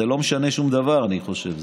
זה לא משנה שום דבר, אני חושב.